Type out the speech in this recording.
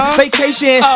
vacation